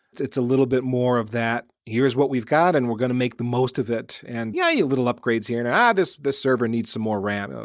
it's a little bit more of that, here's what we've got and we're going to make the most of it. and yeah yeah, little upgrades here, and, ah this this server needs some more ram,